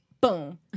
Boom